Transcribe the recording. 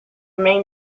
main